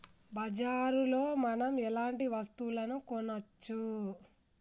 బజార్ లో మనం ఎలాంటి వస్తువులు కొనచ్చు?